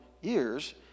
years